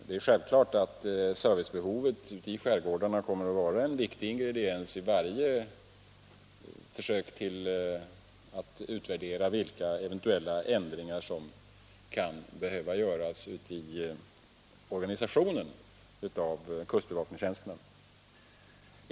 Det är självklart att servicebehovet i skärgårdarna kommer att ingå som en viktig ingrediens vid försöken att utvärdera de ändringar som kan behöva göras i organisationen av kustbevakningstjänsten.